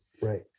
right